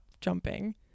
jumping